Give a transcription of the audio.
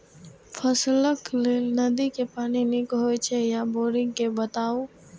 फसलक लेल नदी के पानी नीक हे छै या बोरिंग के बताऊ?